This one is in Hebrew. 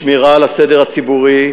שמירה על הסדר הציבורי,